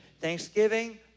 Thanksgiving